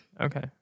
Okay